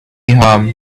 harm